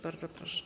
Bardzo proszę.